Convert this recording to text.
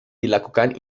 dilakukan